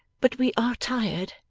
but we are tired,